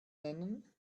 nennen